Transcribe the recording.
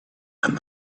and